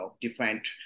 different